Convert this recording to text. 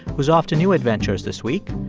who's off to new adventures this week.